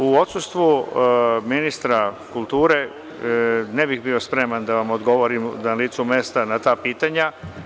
U odsustvu ministra kulture, ne bih bio spreman da vam odgovorim na licu mesta na ta pitanja.